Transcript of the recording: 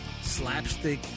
slapstick